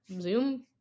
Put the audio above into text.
zoom